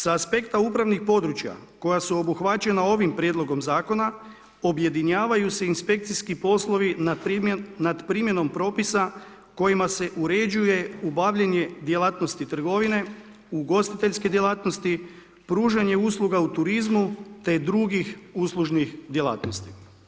Sa aspekta upravnih područja koja su obuhvaćena ovim prijedlogom zakona objedinjavaju se inspekcijski poslovi nad primjenom propisa kojima se uređuje obavljanje djelatnosti trgovine, ugostiteljske djelatnosti, pružanje usluga u turizmu te drugih uslužnih djelatnosti.